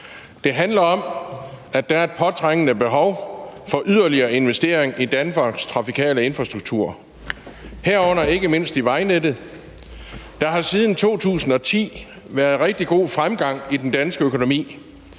Det handler om, at der er et påtrængende behov for yderligere investering i Danmarks trafikale infrastruktur, herunder ikke mindst i vejnettet. Der har siden 2010 været rigtig god fremgang i den danske økonomi.